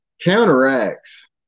counteracts